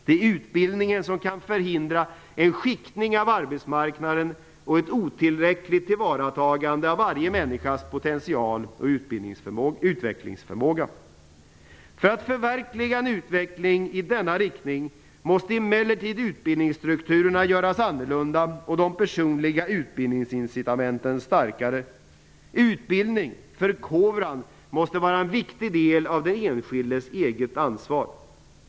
Det är utbildningen som kan förhindra en skiktning av arbetsmarknaden och ett otillräckligt tillvaratagande av varje människas potential och utvecklingsförmåga. För att förverkliga en utveckling i denna riktning måste emellertid utbildningsstrukturerna göras annorlunda och de personliga utbildningsincitamenten starkare. Utbildning, förkovran, måste vara en viktig del av den enskildes eget ansvar.